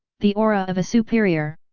the aura of a superior.